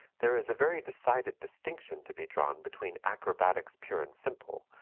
there is a very decided distinction to be drawn between acrobatics pure and simple,